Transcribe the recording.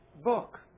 book